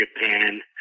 Japan